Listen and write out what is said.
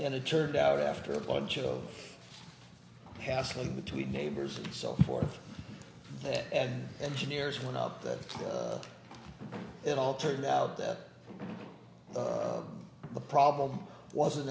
and it turned out after a bunch of hassling between neighbors and so forth that engineers went up that it all turned out that the problem wasn't